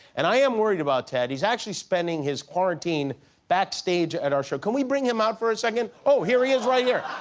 and i am worried about ted. he's actually spending his quarantine backstage at our show. can we bring him out for a second? oh, here he is right here.